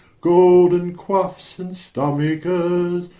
golden quoifs and stomachers,